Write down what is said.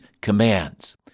commands